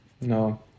No